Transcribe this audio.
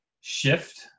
shift